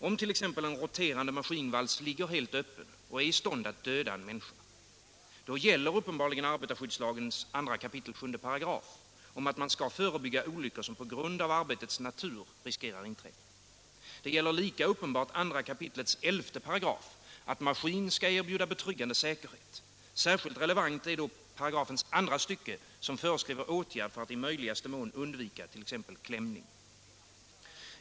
Om t.ex. en roterande maskinvals ligger helt öppen och är i stånd att döda en människa, då gäller uppenbarligen arbetarskyddslagens 2 kap. 7§ om att man skall förebygga olyckor som på grund av arbetets natur riskerar att inträffa. Lika uppenbart gäller 2 kap. 11 §, att maskin skall erbjuda betryggande säkerhet. Särskilt relevant är paragrafens andra stycke, som föreskriver åtgärder för att i möjligaste mån undvika t.ex. klämning.